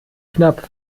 knapp